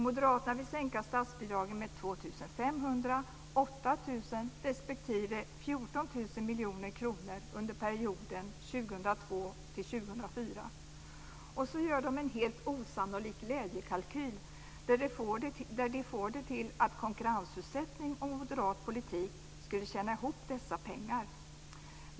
Moderaterna vill sänka statsbidragen med 2,5 miljarder kronor, 8 miljarder respektive 14 miljarder kronor under perioden 2002 2004. Så gör de en helt osannolik glädjekalkyl där de får det till att konkurrensutsättning och moderat politik skulle tjäna ihop dessa pengar.